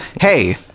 Hey